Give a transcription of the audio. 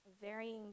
Varying